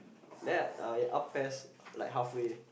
then I I up P_E_S like halfway